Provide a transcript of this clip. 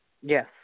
Yes